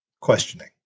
questioning